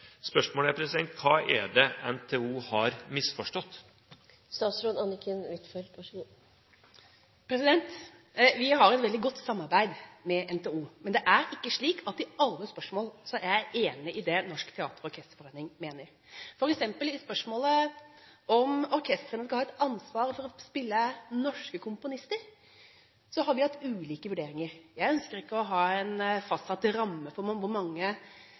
Spørsmålet er: Hva er det NTO har misforstått? Vi har et veldig godt samarbeid med NTO, men det er ikke slik at jeg i alle spørsmål er enig i det Norsk teater- og orkesterforening mener. For eksempel i spørsmålet om orkestrene skal ha et ansvar for å spille verk av norske komponister, har vi hatt ulike vurderinger. Jeg ønsker ikke å ha en fastsatt ramme for hvor mange